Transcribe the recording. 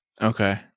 Okay